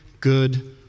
good